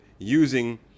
Using